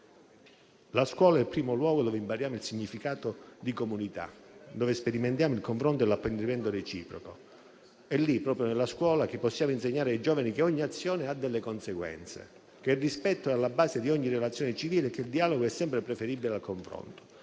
La scuola è il primo luogo dove impariamo il significato di comunità, dove sperimentiamo il confronto e l'apprendimento reciproco. È lì, proprio nella scuola, che possiamo insegnare ai giovani che ogni azione ha delle conseguenze, che il rispetto è alla base di ogni relazione civile, che il dialogo è sempre preferibile al confronto.